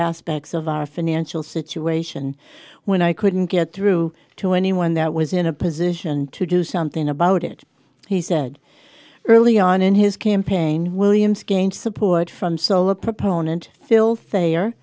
aspects of our financial situation when i couldn't get through to anyone that was in a position to do something about it he said early on in his campaign williams gained support from seoul a proponent